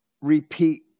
repeat